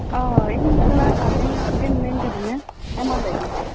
ᱚᱻ ᱤᱧ ᱛᱷᱚᱲᱟ ᱵᱟᱨᱦᱮ ᱧᱚᱜ ᱨᱮᱜᱮ ᱢᱤᱱᱟᱹᱧ ᱠᱟᱫᱤᱧᱟ ᱦᱮᱸ ᱢᱟ ᱞᱟᱹᱭ ᱢᱮ